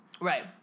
right